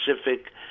specific